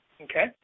Okay